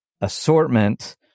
assortment